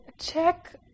check